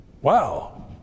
Wow